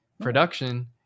production